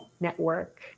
network